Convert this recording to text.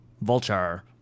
vulture